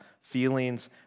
feelings